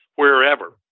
Wherever